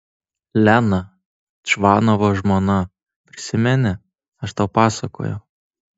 lena čvanovo žmona prisimeni aš tau pasakojau